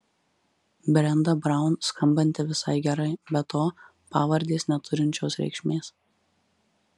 brenda braun skambanti visai gerai be to pavardės neturinčios reikšmės